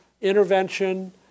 intervention